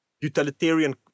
utilitarian